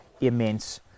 immense